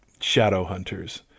Shadowhunters